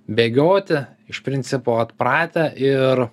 bėgioti iš principo atpratę ir